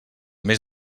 més